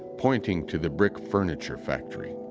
pointing to the brick furniture factory.